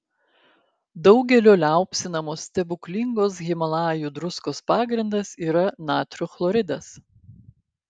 daugelio liaupsinamos stebuklingos himalajų druskos pagrindas yra natrio chloridas